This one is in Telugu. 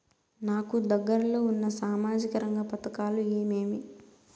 నాకు దగ్గర లో ఉన్న సామాజిక రంగ పథకాలు ఏమేమీ?